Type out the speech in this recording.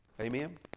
Amen